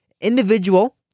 Individual